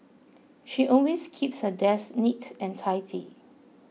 she always keeps her desk neat and tidy